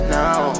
now